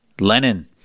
Lenin